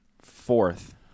Fourth